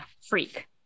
freak